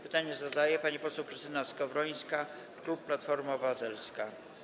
Pytanie zadaje pani poseł Krystyna Skowrońska, klub Platforma Obywatelska.